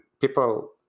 people